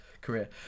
career